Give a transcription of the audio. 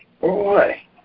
boy